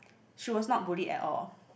she was not bullied at all